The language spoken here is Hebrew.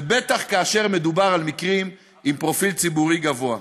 ובטח כאשר מדובר על מקרים עם פרופיל ציבורי גבוה.